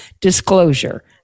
disclosure